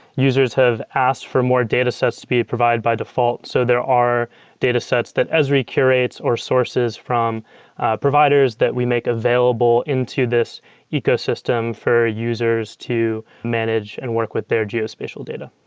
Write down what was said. users have asked for more datasets to be provided by default. so there are datasets that esri curates or sources from providers that we make available into this ecosystem for users to manage and work with their geospatial data.